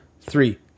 Three